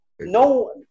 No